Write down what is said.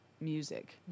music